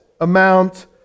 amount